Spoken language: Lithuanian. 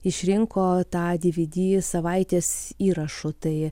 išrinko tą dvd savaitės įrašu tai